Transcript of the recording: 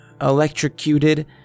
electrocuted